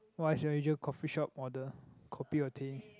what is your usual coffee shop order kopi or teh